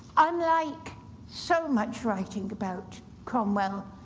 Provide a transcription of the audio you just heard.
unlike so much writing about cromwell,